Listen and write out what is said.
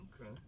Okay